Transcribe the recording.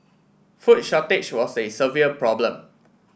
food shortage was a severe problem